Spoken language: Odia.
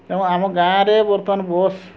ତେଣୁ ଆମ ଗାଁରେ ବର୍ତ୍ତମାନ ବସ୍